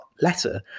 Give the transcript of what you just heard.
letter